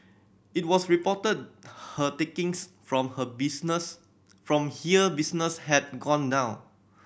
it was reported her takings from her business from here business had gone down